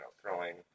throwing